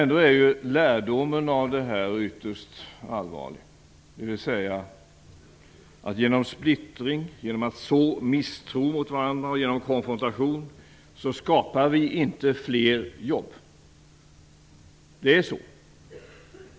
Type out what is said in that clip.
Ändå är lärdomen av det här ytterst allvarlig, dvs. genom splittring, konfrontation och genom att så misstro skapar vi inte fler jobb. Det är så.